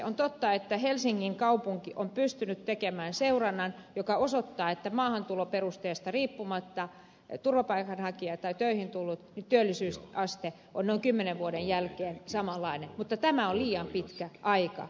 on totta että helsingin kaupunki on pystynyt tekemään seurannan joka osoittaa että maahantuloperusteesta riippumatta maahanmuuttajien turvapaikanhakijoiden ja töihin tulleiden työllisyysaste on noin kymmenen vuoden jälkeen samanlainen mutta tämä on liian pitkä aika